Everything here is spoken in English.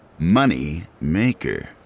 Moneymaker